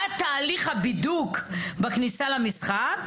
מה תהליך הבידוק בכניסה למשחק?